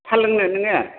साह लोंनो नोङो